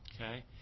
Okay